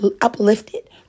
uplifted